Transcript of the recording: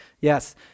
Yes